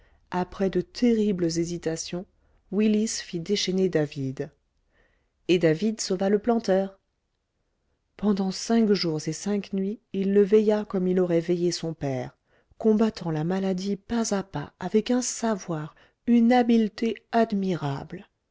après de terribles hésitations willis fit déchaîner david et david sauva le planteur pendant cinq jours et cinq nuits il le veilla comme il aurait veillé son père combattant la maladie pas à pas avec un savoir une habileté admirables